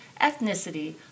ethnicity